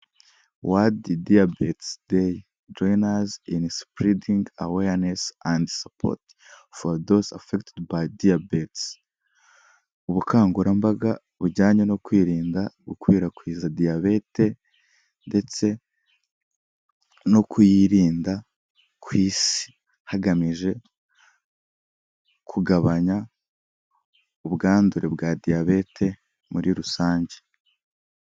Wadi diyabetisi deyi joyinasi ini supuridingi aweyanesi andi sapoti foru dose afekitedi bayi diyabeti. Ubukangurambaga bujyanye no kwirinda gukwirakwiza diyabete ndetse no kuyirinda ku isi hagamijwe kugabanya ubwandure bwa diyabete muri rusange.